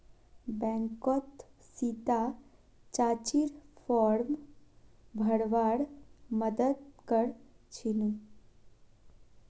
बैंकत सीता चाचीर फॉर्म भरवार मदद कर छिनु